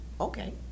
okay